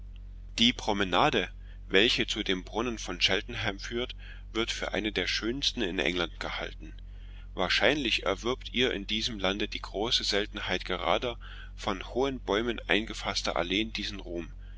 die promenade welche zu dem brunnen von cheltenham führt wird für eine der schönsten in england gehalten wahrscheinlich erwirbt ihr in diesem lande die große seltenheit gerader von hohen bäumen eingefaßter alleen diesen ruhm